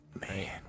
Man